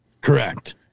Correct